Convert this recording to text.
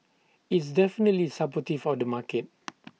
it's definitely supportive of the market